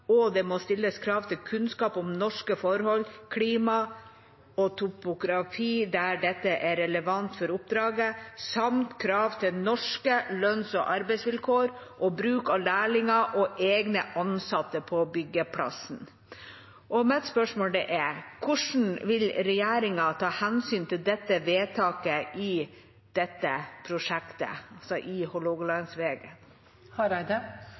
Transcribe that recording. og det må stilles krav til kunnskap om norske forhold, klima og topografi der dette er relevant for oppdraget, samt krav til norske lønns- og arbeidsvilkår og bruk av lærlinger og egne ansatte på byggeplassen.» Mitt spørsmål er: Hvordan vil regjeringa ta hensyn til dette vedtaket i dette prosjektet – altså Hålogalandsvegen? I